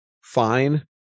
fine